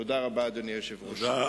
תודה רבה, אדוני היושב-ראש.